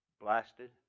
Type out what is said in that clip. blasted